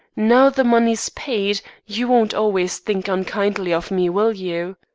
now the money's paid, you won't always think unkindly of me, will you